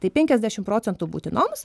tai penkiasdešim procentų būtinoms